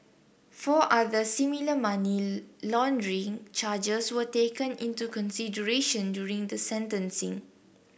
four other similar money laundering charges were taken into consideration during the sentencing